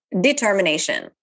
determination